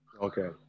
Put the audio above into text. Okay